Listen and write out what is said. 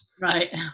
Right